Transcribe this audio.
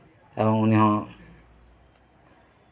ᱮᱵᱚᱝ ᱩᱱᱤ ᱦᱚᱸ